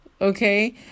okay